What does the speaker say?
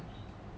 ya